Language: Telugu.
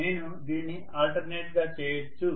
నేను దీనిని ఆల్టర్నేట్ గా చేయొచ్చు